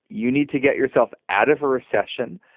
you need to get yourself out of a recession.